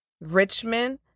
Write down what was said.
Richmond